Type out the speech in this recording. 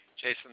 Jason